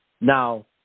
now